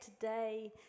today